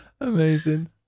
Amazing